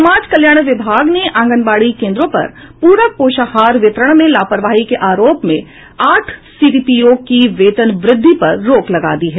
समाज कल्याण विभाग ने आंगनबाड़ी केंद्रों पर प्रक पोषाहार वितरण में लापरवाही के आरोप में आठ सीडीपीओं की वेतन वृद्धि पर रोक लगा दी है